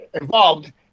involved